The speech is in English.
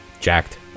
jacked